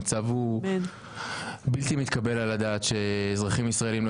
המצב הוא בלתי מתקבל על הדעת שאזרחים ישראלים לא